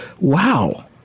wow